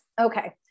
Okay